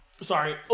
Sorry